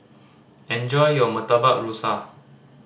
enjoy your Murtabak Rusa